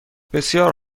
بسیار